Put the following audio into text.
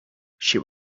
she